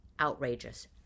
outrageous